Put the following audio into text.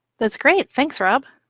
that's great. thanks rob.